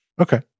Okay